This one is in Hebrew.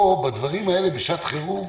בשעת חירום,